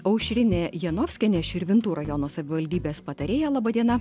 aušrinė janovskienė širvintų rajono savivaldybės patarėja laba diena